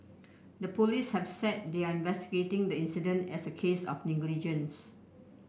the police have said they are investigating the incident as a case of negligence